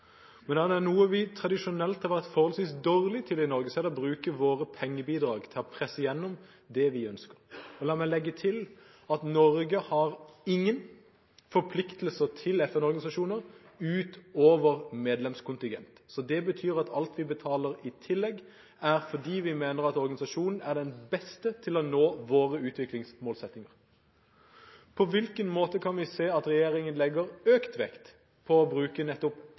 er det noe vi tradisjonelt har vært ganske dårlige på i Norge, så er det å bruke våre pengebidrag til å presse igjennom det vi ønsker. La meg legge til at Norge har ingen forpliktelser overfor FN-organisasjoner utover medlemskontingenten. Det betyr at alt vi betaler i tillegg, skjer fordi vi mener at organisasjonen er den beste til å nå våre utviklingsmålsettinger. På hvilken måte kan vi se at regjeringen legger økt vekt på å bruke nettopp